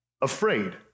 afraid